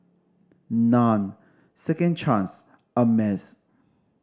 Nan Second Chance Ameltz